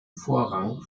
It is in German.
vorrang